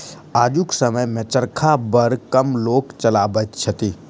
आजुक समय मे चरखा बड़ कम लोक चलबैत छथि